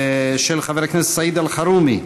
שאילתה, של חבר הכנסת סעיד אלחרומי,